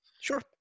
Sure